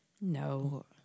No